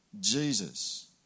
Jesus